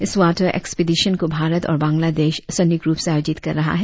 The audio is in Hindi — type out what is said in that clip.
इस वाटर एक्सपीडिशन को भारत और बांग्लादेश संयुक्त रुप से आयोजित कर रहा है